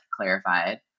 clarified